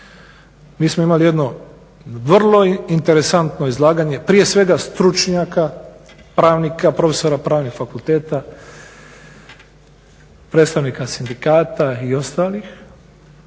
Mi smo imali jedno vrlo interesantno izlaganje, prije svega stručnjaka, pravnika, profesora pravnih fakulteta, predstavnika sindikata i ostalih